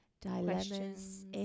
dilemmas